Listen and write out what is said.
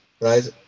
Right